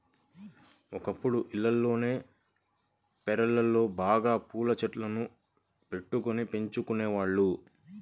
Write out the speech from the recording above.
ఒకప్పుడు ఇళ్లల్లోని పెరళ్ళలో బాగా పూల చెట్లను బెట్టుకొని పెంచుకునేవాళ్ళు